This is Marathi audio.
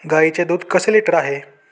गाईचे दूध कसे लिटर आहे?